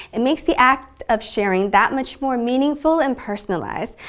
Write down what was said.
it makes the act of sharing that much more meaningful and personalized.